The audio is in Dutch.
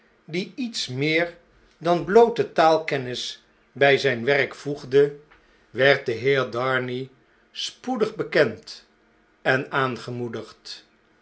die iets meer dan bloote taalkennis bij zn'n werk voegde werd de heer darnay spoedig bekend en